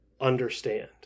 understand